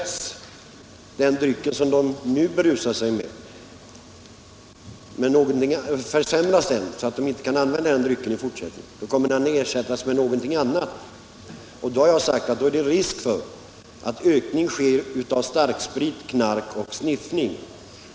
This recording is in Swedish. Om den dryck som de berusar sig med förändras, så att de inte kan använda den i fortsättningen, kommer den att ersättas med någonting annat. Mot den bakgrunden har jag sagt att det då är risk för att man i större utsträckning övergår till starksprit, knark och sniffning.